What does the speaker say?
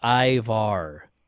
Ivar